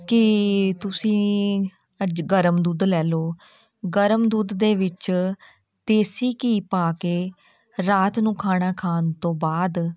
ਕਿ ਤੁਸੀਂ ਅੱਜ ਗਰਮ ਦੁੱਧ ਲੈ ਲਉ ਗਰਮ ਦੁੱਧ ਦੇ ਵਿੱਚ ਦੇਸੀ ਘੀ ਪਾ ਕੇ ਰਾਤ ਨੂੰ ਖਾਣਾ ਖਾਣ ਤੋਂ ਬਾਅਦ